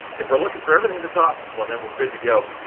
if we're looking for everything at the top, well, then, we're good to go.